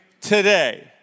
today